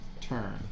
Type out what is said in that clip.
turn